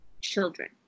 children